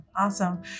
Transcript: Awesome